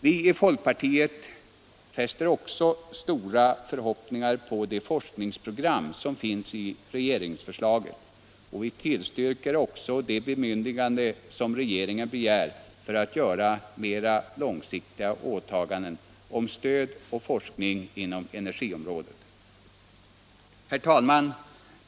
Vi i folkpartiet fäster stora förhoppningar vid det forskningsprogram som finns i regeringsförslaget, och vi tillstyrker också det bemyndigande som regeringen begär för att göra mera långsiktiga åtaganden om stöd och forskning inom energiområdet. Herr talman!